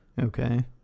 Okay